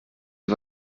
ihr